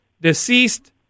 deceased